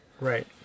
right